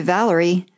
Valerie